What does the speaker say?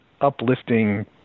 uplifting